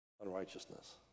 unrighteousness